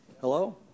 Hello